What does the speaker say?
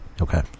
okay